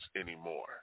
anymore